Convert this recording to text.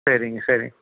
சரிங்க சரி